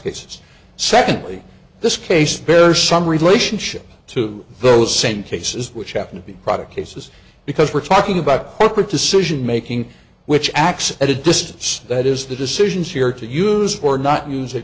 cases secondly this case bears some relationship to those same cases which happen to be product cases because we're talking about corporate decision making which acts at a distance that is the decisions here to use or not us